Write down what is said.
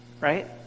Right